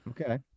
Okay